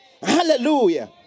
Hallelujah